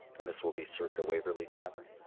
and this will be circa waverly tavern?